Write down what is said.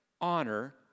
honor